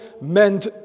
meant